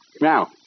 Now